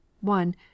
One